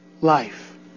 life